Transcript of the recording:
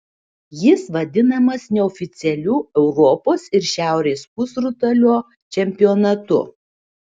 jis vadinamas neoficialiu europos ir šiaurės pusrutulio čempionatu